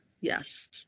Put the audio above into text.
Yes